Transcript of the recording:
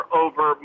over